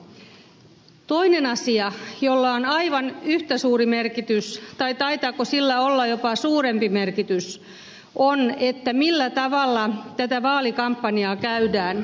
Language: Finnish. toinen asia jolla on aivan yhtä suuri merkitys tai taitaako sillä olla jopa suurempi merkitys on se millä tavalla tätä vaalikampanjaa käydään